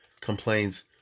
complains